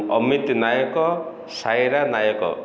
Amit Nayak Saira Nayak